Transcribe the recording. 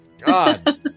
God